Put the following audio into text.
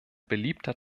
beliebter